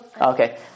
Okay